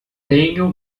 tenho